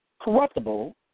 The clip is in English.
corruptible